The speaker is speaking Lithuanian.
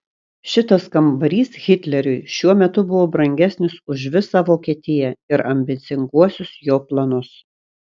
šitas kambarys hitleriui šiuo metu buvo brangesnis už visą vokietiją ir ambicinguosius jo planus